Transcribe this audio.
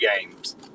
games